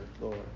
Lord